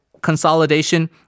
consolidation